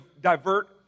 divert